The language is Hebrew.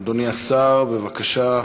אדוני השר, בבקשה.